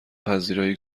پذیرایی